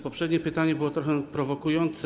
Poprzednie pytanie było trochę prowokujące.